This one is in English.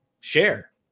share